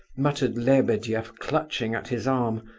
muttered lebedeff, clutching at his arm.